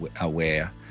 aware